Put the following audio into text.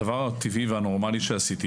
הדבר הטבעי והנורמלי שעשיתי,